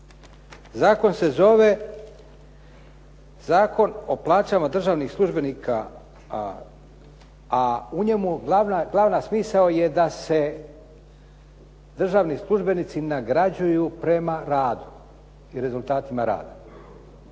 Zakon se zove Zakon o plaćama državnih službenika a u njemu glavni smisao je da se državni službenici nagrađuju prema radu i rezultatima rada.